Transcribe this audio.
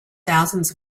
thousands